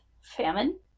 famine